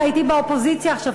אתה אתי באופוזיציה עכשיו,